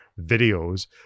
videos